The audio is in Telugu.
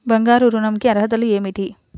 బంగారు ఋణం కి అర్హతలు ఏమిటీ?